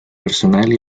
personal